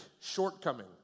shortcoming